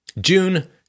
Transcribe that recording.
June